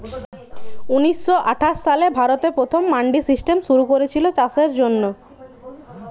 ঊনিশ শ আঠাশ সালে ভারতে প্রথম মান্ডি সিস্টেম শুরু কোরেছিল চাষের জন্যে